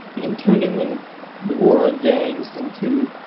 and turning and the war on gangs into